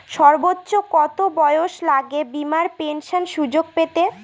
সর্বোচ্চ কত বয়স লাগে বীমার পেনশন সুযোগ পেতে?